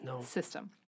system